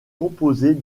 composée